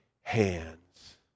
hands